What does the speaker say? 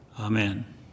Amen